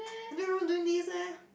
I don't remember doing this leh